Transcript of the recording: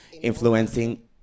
influencing